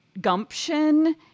gumption